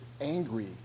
angry